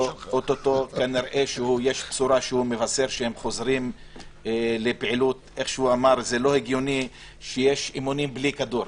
אוטוטו מתווה, אני מעביר לך את הכדור.